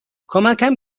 کمکم